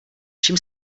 čím